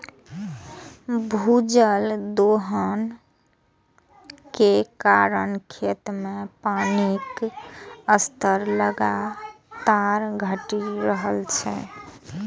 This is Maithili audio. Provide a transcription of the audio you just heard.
भूजल दोहन के कारण खेत मे पानिक स्तर लगातार घटि रहल छै